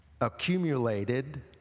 accumulated